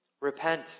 repent